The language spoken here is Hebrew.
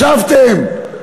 ישבתם,